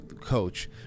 coach